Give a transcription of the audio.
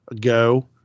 go